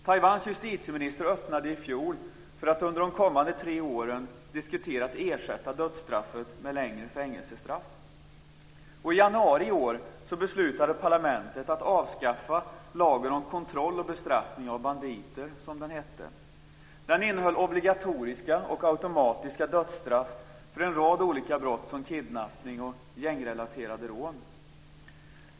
Taiwans justitieminister öppnade i fjol för att under kommande tre åren diskutera att ersätta dödsstraffet med längre fängelsestraff. I januari i år beslutade parlamentet att avskaffa lagen om, som det heter, kontroll och bestraffning av banditer. Den innehöll obligatoriska och automatiska dödsstraff för en rad olika brott som kidnappning och gängrelaterade rån.